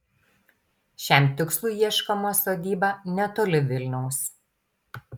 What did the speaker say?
šiam tikslui ieškoma sodyba netoli vilniaus